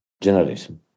generation